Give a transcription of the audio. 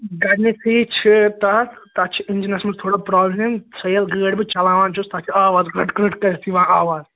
گۄڈنٮ۪تھٕے چھ تتھ تتھ چھ اِنجَنَس مَنٛز تھوڑا پرٛابلِم سۄ ییٚلہِ گٲڑۍ بہٕ چَلاوان چھُس تتھ چھُ آواز کرٛٹ کرٛٹ کٔرِتھ یِوان آواز